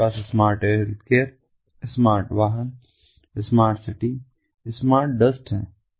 हमारे पास smart healthcare smart वाहन स्मार्ट सिटी और स्मार्ट डस्ट हैं